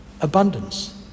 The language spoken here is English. abundance